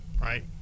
right